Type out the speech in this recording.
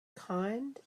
kind